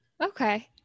okay